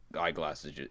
eyeglasses